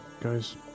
guys